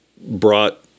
brought